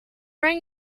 kan